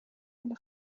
eine